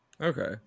Okay